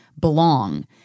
belong